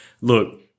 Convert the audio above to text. look